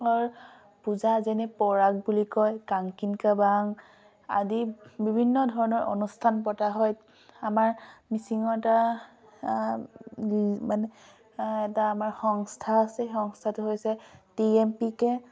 পূজা যেনে প'ৰাগ বুলি কয় কাংকিন কাবাং আদি বিভিন্ন ধৰণৰ অনুষ্ঠান পতা হয় আমাৰ মিচিঙৰ এটা মানে এটা আমাৰ সংস্থা আছে সেই সংস্থাটো হৈছে টি এম পি কে